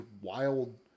wild